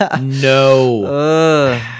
No